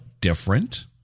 different